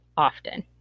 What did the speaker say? often